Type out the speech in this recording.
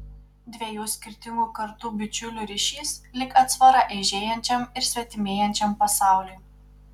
dviejų skirtingų kartų bičiulių ryšys lyg atsvara eižėjančiam ir svetimėjančiam pasauliui